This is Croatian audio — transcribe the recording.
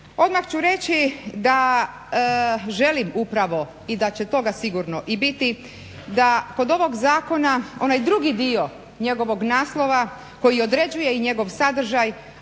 Odmah ću reći da želim upravo i da će toga sigurno i biti da kod ovog zakona onaj drugi dio njegovog naslova koji određuje i njegov sadržaj,